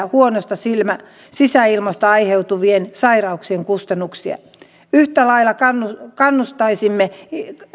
huonosta sisäilmasta aiheutuvien sairauksien kustannuksia yhtä lailla kannustaisimme